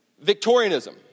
Victorianism